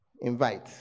Invite